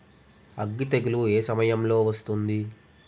అగ్గి తెగులు ఏ సమయం లో వస్తుంది?